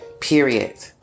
period